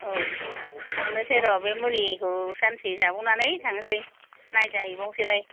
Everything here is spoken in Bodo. औ थांनोसै र' बे मुलिखौ सानसे जाबावनानै थांसै नायजाहैबावनोसैलाय